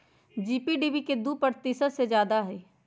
GDP के दु प्रतिशत से जादा हई